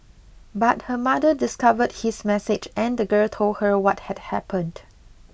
but her mother discovered his message and the girl told her what had happened